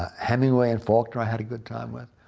hemingway and faulkner, i had a good time with.